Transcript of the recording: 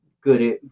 good